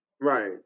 Right